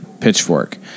pitchfork